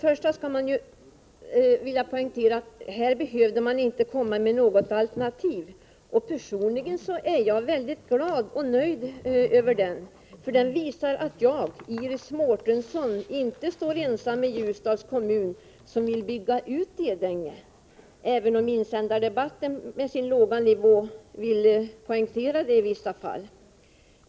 Jag vill poängtera att det inte behövdes något alternativ. Personligen är jag mycket glad och nöjd över denna undersökning, därför att den visar att jag, Iris Mårtensson, inte är den enda i Ljusdals kommun som vill bygga ut Edänge — även om insändardebatten, med dess låga nivå, i vissa fall tyder på det.